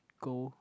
go